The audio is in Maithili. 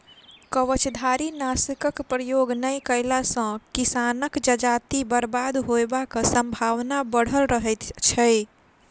कवचधारीनाशकक प्रयोग नै कएला सॅ किसानक जजाति बर्बाद होयबाक संभावना बढ़ल रहैत छै